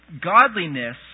Godliness